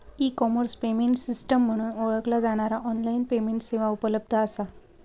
E commerce payment system म्हणून ओळखला जाणारा ऑनलाइन पेमेंट सेवा उपलब्ध असा